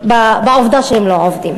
בעובדה שהם לא עובדים.